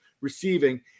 receiving